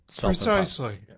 Precisely